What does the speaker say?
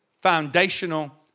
foundational